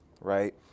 right